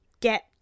get